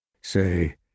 say